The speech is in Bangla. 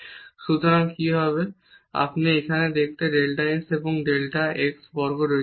সুতরাং কি হবে আপনি এখানে ডেল্টা x এবং ডেল্টা x বর্গ আছে